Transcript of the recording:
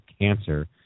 cancer